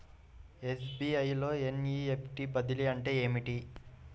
SBI లో NEFT బదిలీ అంటే ఏమిటి?